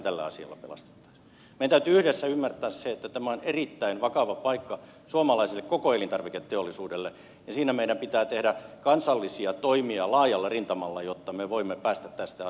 meidän täytyy yhdessä ymmärtää se että tämä on erittäin vakava paikka koko suomalaiselle elintarviketeollisuudelle ja siinä meidän pitää tehdä kansallisia toimia laajalla rintamalla jotta me voimme päästä tästä asiasta yli